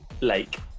Lake